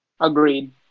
Agreed